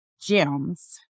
gems